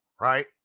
right